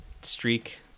streak